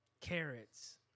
carrots